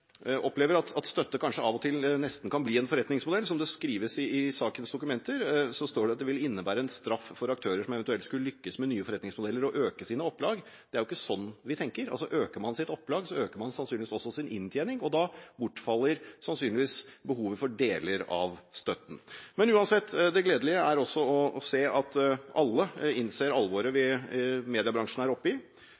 opplever at støtte kanskje av og til nesten kan bli en forretningsmodell, og som det skrives i sakens dokumenter, vil det innebære en straff for aktører som eventuelt skulle lykkes med nye forretningsmodeller, å øke sine opplag. Det er ikke sånn man tenker. Øker man sitt opplag, øker man sannsynligvis også sin inntjening, og da bortfaller sannsynligvis behovet for deler av støtten. Uansett er det gledelig å se at alle innser alvoret